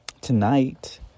Tonight